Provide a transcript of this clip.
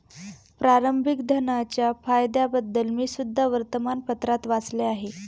प्रारंभिक धनाच्या फायद्यांबद्दल मी सुद्धा वर्तमानपत्रात वाचले आहे